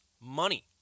money